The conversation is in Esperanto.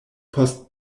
post